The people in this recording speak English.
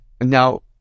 Now